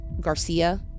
Garcia